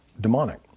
demonic